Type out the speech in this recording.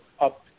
up